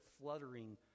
fluttering